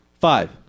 Five